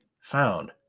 found